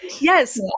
yes